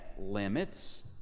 limits